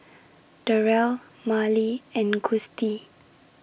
Darell Marlee and Gustie